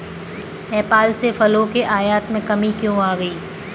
नेपाल से फलों के आयात में कमी क्यों आ गई?